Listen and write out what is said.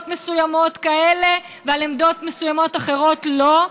מסוימות כאלה ועל עמדות מסוימות אחרות לא,